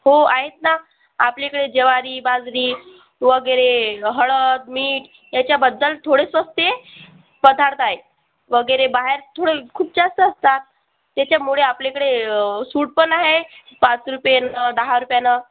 हो आहेत ना आपल्याकडे ज्वारी बाजरी वगैरे हळद मीठ याच्याबद्दल थोडं स्वस्त पदार्थ आहे वगैरे बाहेर थोडं खूप जास्त असतात त्याच्यामुळे आपल्याकडे सूट पण आहे पाच रुपयानं दहा रुपयानं